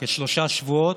כשלושה שבועות.